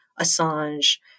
Assange